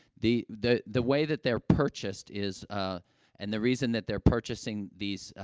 the the the way that they're purchased is, ah and the reason that they're purchasing these, ah,